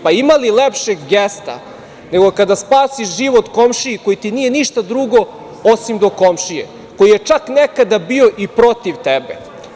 Pa ima li lepšeg gesta nego kada spasiš život komšiji koji ti nije ništa drugo, osim do komšije, koji je čak nekada bio i protiv tebe?